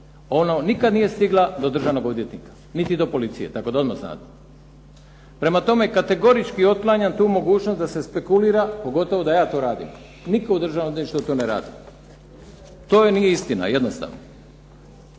Ona nikad nije stigla do državnog odvjetnika niti do policije tako da odmah znate. Prema tome, kategorički otklanjam tu mogućnost da se spekulira pogotovo da ja to radim. Nitko u Državnom odvjetništvu to ne radi. To nije istina jednostavno.